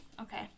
okay